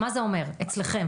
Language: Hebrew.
מה זה אומר אצלכם?